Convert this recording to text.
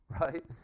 Right